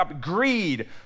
greed